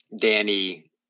Danny